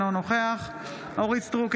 אינו נוכח אורית מלכה סטרוק,